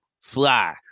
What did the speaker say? Fly